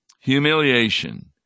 humiliation